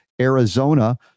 Arizona